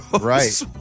Right